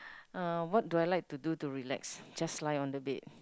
uh what do I like to do to relax just lie on the bed